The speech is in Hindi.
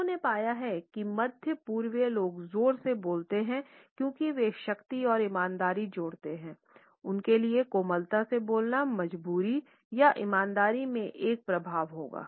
उन्होंने पाया है कि मध्य पूर्वी लोग जोर से बोलते हैं क्योंकि वे शक्ति और ईमानदारी जोड़ते हैं उनके लिए कोमलता से बोलना कमजोरी या ईमानदारी में एक प्रभाव होगा